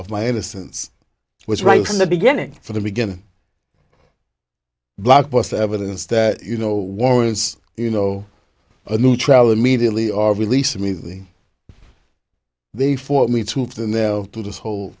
of my innocence was right from the beginning from the beginning blockbuster evidence that you know warrants you know a new trial immediately are released immediately they force me to have the nel to this whole